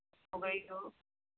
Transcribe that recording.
हो गई हो